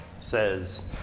Says